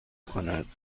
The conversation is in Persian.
کند